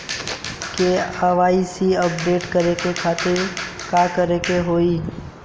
KYC update करे के खातिर का करे के होई?